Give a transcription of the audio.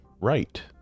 right